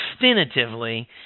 definitively